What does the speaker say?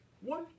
one